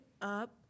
up